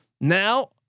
now